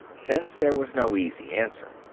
since there was no easy answer.